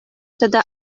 тата